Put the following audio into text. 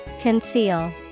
Conceal